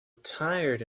tired